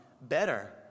better